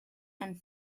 and